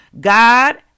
God